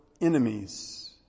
enemies